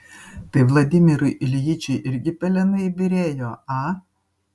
tai vladimirui iljičiui irgi pelenai byrėjo a